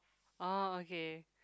orh okay